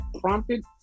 prompted